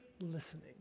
listening